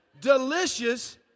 Delicious